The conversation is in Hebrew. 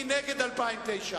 מי נגד, 2009?